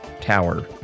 tower